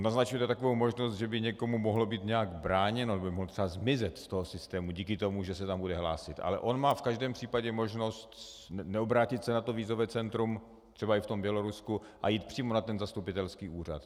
Naznačujete takovou možnost, že by někomu mohlo být nějak bráněno, že by mohl třeba zmizet z toho systému díky tomu, že se tam bude hlásit, ale on má v každém případě možnost neobrátit se na vízové centrum třeba i v tom Bělorusku a jít přímo na zastupitelský úřad.